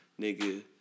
nigga